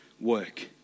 work